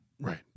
Right